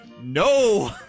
no